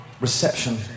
reception